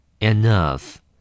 enough